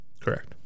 Correct